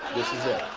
this is it.